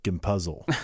puzzle